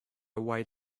wait